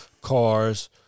cars